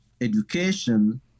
education